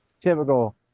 typical